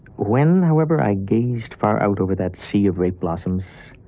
when, however, i gazed far out over that sea of great blossoms,